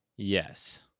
yes